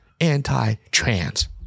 anti-trans